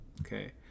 okay